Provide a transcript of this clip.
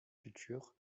futurs